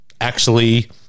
actually-